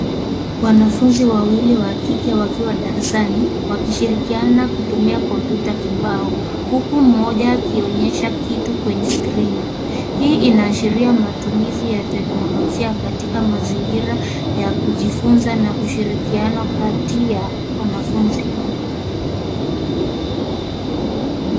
Wanafunzi wawili wa kike wakiwa darasani, wakishirikiana kutumia kompyuta kibao, huku mmoja akionyesha kitu kwenye skirini. Hii inaashiria matumizi ya teknolojia katika mazingira ya kujifunza na ushirikiano kati ya wanafunzi.